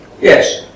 yes